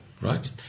right